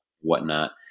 whatnot